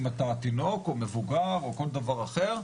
אם אתה תינוק או מבוגר או כל דבר אחר,